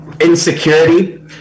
insecurity